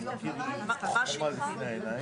אבל אמר נציג משרד התחבורה,